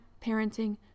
Parenting